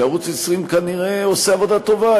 שערוץ 20 כנראה עושה עבודה טובה,